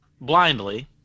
Blindly